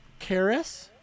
Karis